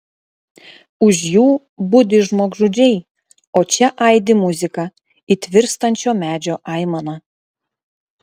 už jų budi žmogžudžiai o čia aidi muzika it virstančio medžio aimana